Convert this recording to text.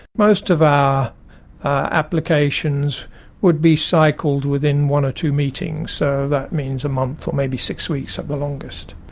most of our applications would be cycled within one or two meetings, so that means a month or maybe six weeks at the longest.